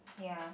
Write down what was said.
ya